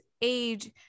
age